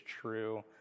true